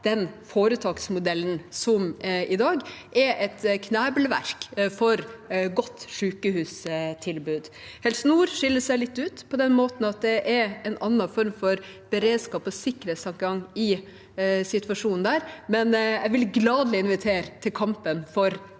den foretaksmodellen som i dag knebler muligheten for et godt sykehustilbud. Helse nord skiller seg litt ut på den måten at det er en annen form for beredskap og sikkerhetsadgang der. Men jeg vil gladelig invitere til kampen for bedre